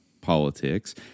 politics